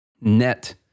net